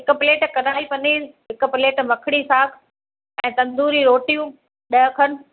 हिक प्लेट कढ़ाई पनीर हिक प्लेट मखिणी साकु ऐं तंदूरी रोटियूं ॾह खनि